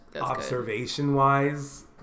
observation-wise